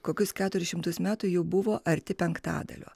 kokius keturis šimtus metų jau buvo arti penktadalio